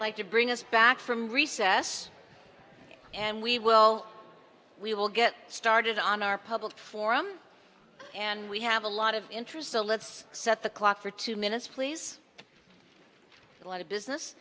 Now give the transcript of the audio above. like to bring us back from recess and we will we will get started on our public forum and we have a lot of interesting let's set the clock for two minutes please a lot of business